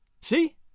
See